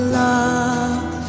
love